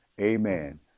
amen